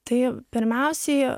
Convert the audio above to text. tai pirmiausiai